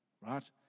right